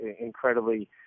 incredibly